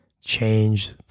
change